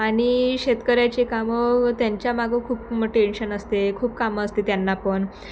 आणि शेतकऱ्याचे कामं त्यांच्या मागं खूप टेन्शन असते खूप कामं असते त्यांना पण